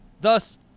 Thus